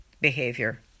behavior